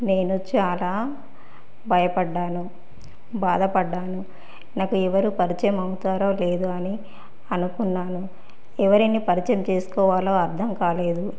నేను చాలా భయపడ్డాను బాధపడ్డాను నాకు ఎవరు పరిచయం అవుతారో లేదో అని అనుకున్నాను ఎవరైనా పరిచయం చేసుకోవాలో అర్థం కాలేదు